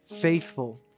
faithful